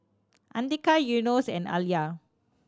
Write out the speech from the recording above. Andika Yunos and Alya